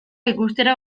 ikustera